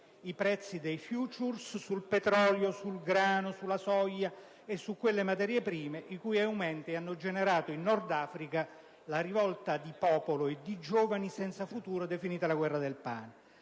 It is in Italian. i prezzi dei *futures* sul petrolio, sul grano, sulla soia e su quelle materie prime i cui aumenti hanno generato in Nord Africa la rivolta di popolo e di giovani senza futuro, definita «la guerra del pane».